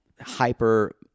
hyper